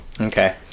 Okay